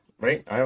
Right